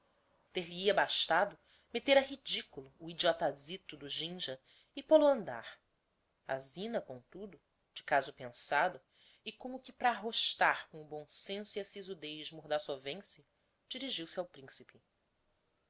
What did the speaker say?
altivez ter lhe hia bastado meter a ridiculo o idiotazito do ginja e pôl-o a andar a zina comtudo de caso pensado e como que para arrostar com o bom senso e a sisudez mordassovense dirigiu-se ao principe